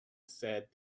said